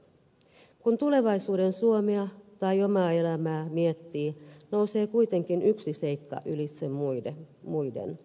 kun tulevaisuuden suomea tai omaa elämää miettii nousee kuitenkin yksi seikka ylitse muiden